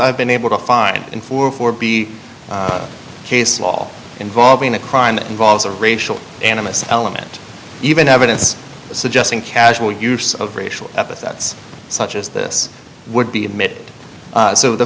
i've been able to find in four for b case law involving a crime that involves a racial animus element even evidence suggesting casual use of racial epithets such as this would be made so the